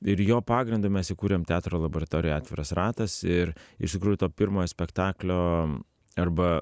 ir jo pagrindu mes įkūrėm teatro laboratoriją atviras ratas ir iš tikrųjų to pirmojo spektaklio arba